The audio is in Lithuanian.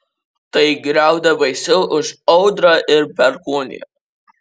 tai griaudė baisiau už audrą ir perkūniją